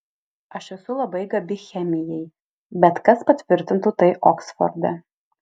aš esu labai gabi chemijai bet kas patvirtintų tai oksforde